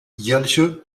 jährliche